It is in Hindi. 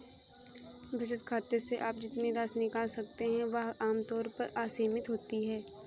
बचत खाते से आप जितनी राशि निकाल सकते हैं वह आम तौर पर असीमित होती है